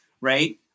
right